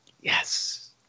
yes